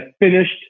finished